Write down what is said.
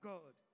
God